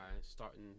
starting